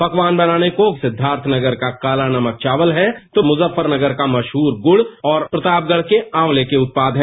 परवान बनाने को सिद्वार्थनगर का कालानमक चावल है तो मुजफ्फरनगर का मशहूर गुड़ और प्रतापगढ़ के आंवले के उत्पाद हैं